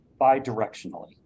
bidirectionally